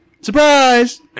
Surprise